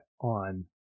on